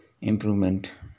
improvement